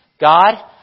God